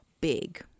big